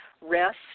rest